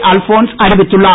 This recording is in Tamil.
அல்போன்ஸ் அறிவித்துள்ளார்